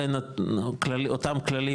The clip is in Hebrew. אותם כללים,